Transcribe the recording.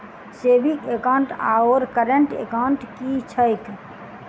Saving account आओर current account की छैक?